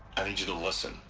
i need you to listen.